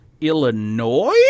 Illinois